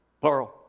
Plural